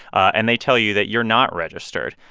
and they tell you that you're not registered.